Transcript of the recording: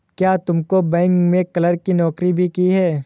क्या तुमने बैंक में क्लर्क की नौकरी भी की है?